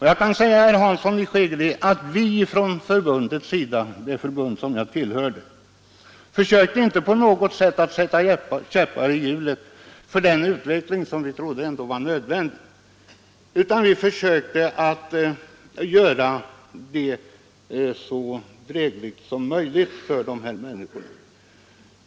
Jag kan säga herr Hansson i Skegrie att vi i det förbund som jag tillhörde inte på något vis ville sätta käppar i hjulet för den utveckling som vi ändå trodde var oundviklig, utan att vi i stället försökte göra det så drägligt som möjligt för dessa människor.